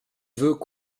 veut